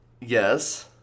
Yes